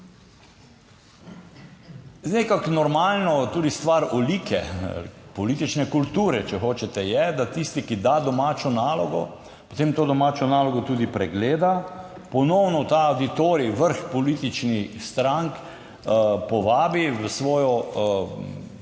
Nekako normalno, tudi stvar olike, politične kulture če hočete, je, da tisti, ki da domačo nalogo, potem to domačo nalogo tudi pregleda, ponovno ta avditorij, vrh političnih strank povabi v svojo sobano